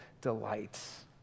delights